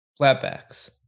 Flatbacks